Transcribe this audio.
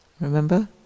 Remember